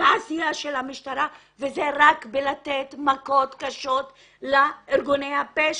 בעשייה של המשטרה וזה רק במתן מכות קשות לארגוני הפשע.